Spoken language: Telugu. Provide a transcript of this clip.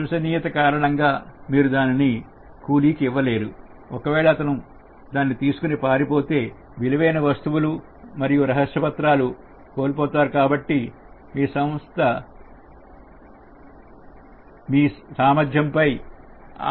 విశ్వసనీయత కారణంగా మీరు దానిని కూలికి ఇవ్వలేరు ఒకవేళ అతను దాన్ని తీసుకుని పారిపోతే విలువైన వస్తువులు మరియు రహస్య పత్రాలు కోల్పోతారు కాబట్టి సంస్థ మీ సామర్థ్యంపై ఆధారపడి ఉంటుంది